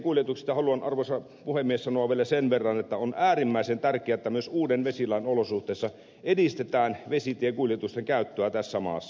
vesitiekuljetuksista haluan arvoisa puhemies sanoa vielä sen verran että on äärimmäisen tärkeää että myös uuden vesilain olosuhteissa edistetään vesitiekuljetusten käyttöä tässä maassa